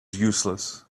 useless